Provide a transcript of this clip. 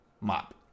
Mop